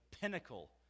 pinnacle